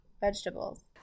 vegetables